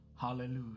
Hallelujah